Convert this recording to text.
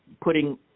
putting